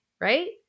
right